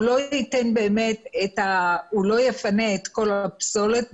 הוא לא יפנה את כל הפסולת,